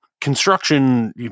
construction